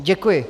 Děkuji.